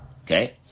Okay